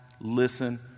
listen